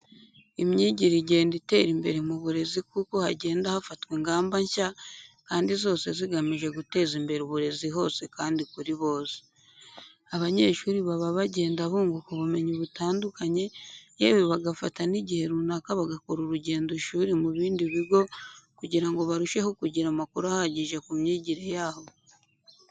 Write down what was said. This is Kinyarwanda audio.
Imyigire igenda itera imbere mu burezi kuko hagenda hafatwa ingamba nshya kandi zose zigamije guteza imbere uburezi hose kandi kuri bose. Abanyeshuri baba bagenda bunguka ubumenyi butandukanye yewe bagafata n'igihe runaka bagakora urugendoshuri mu bindi bigo kugira ngo barusheho kugira amakuru ahagije ku myigire yabo.